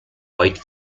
white